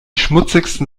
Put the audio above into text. schmutzigsten